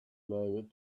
moment